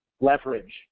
leverage